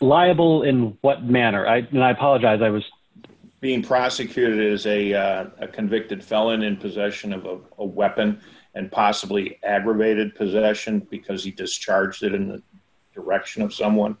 liable in what manner and i apologize i was being prosecuted is a convicted felon in possession of a weapon and possibly aggravated possession because he discharged it in the direction of someone